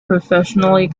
professionally